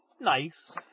nice